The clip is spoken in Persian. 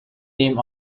ریم